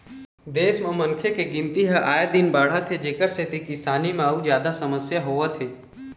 देश म मनखे के गिनती ह आए दिन बाढ़त हे जेखर सेती किसानी म अउ जादा समस्या होवत हे